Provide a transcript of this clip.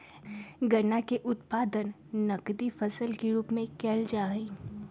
गन्ना के उत्पादन नकदी फसल के रूप में कइल जाहई